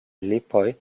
lipoj